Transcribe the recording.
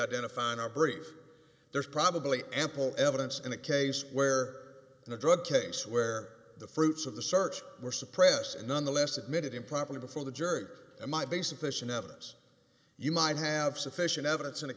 identify in our brief there's probably ample evidence in a case where the drug case where the fruits of the search were suppressed and nonetheless admitted improperly before the jury or in my basic question evidence you might have sufficient evidence in a